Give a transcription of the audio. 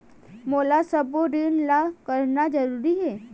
मोला सबो ऋण ला करना जरूरी हे?